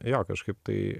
jo kažkaip tai